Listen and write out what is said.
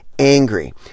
Angry